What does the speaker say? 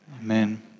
Amen